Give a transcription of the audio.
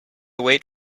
wait